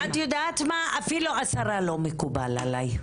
את יודעת מה - אפילו עשרה לא מקובל עלי.